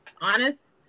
Honest